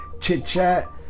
chit-chat